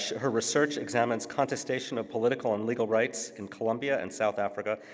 her research examines contestation of political and legal rights in colombia and south africa,